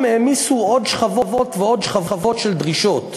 העמיסו עוד שכבות ועוד שכבות של דרישות.